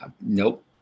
nope